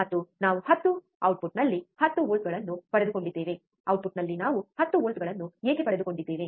ಮತ್ತು ನಾವು 10 ಔಟ್ಪುಟ್ನಲ್ಲಿ 10 ವೋಲ್ಟ್ಗಳನ್ನು ಪಡೆದುಕೊಂಡಿದ್ದೇವೆ ಔಟ್ಪುಟ್ನಲ್ಲಿ ನಾವು 10 ವೋಲ್ಟ್ಗಳನ್ನು ಏಕೆ ಪಡೆದುಕೊಂಡಿದ್ದೇವೆ